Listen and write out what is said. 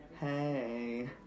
Hey